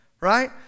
right